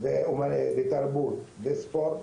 תרבות וספורט,